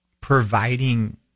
providing